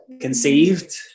conceived